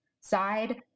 side